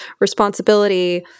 responsibility